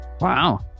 wow